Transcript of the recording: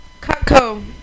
Cutco